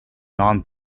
non